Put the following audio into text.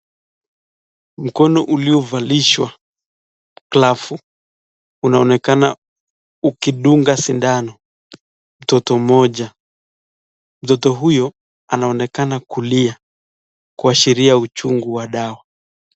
Mkono uliovalishwa glavu unaonekana ukidunga sindano mtoto mmoja, mtoto huyu anaonekana kulia kuashiria uchungu wa dawa.